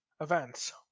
events